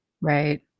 Right